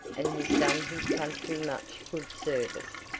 and has done his country much good service.